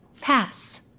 Pass